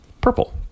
purple